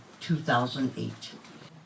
2008